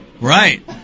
Right